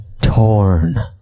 Torn